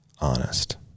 honest